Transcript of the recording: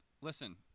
listen